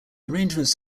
arrangements